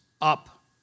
up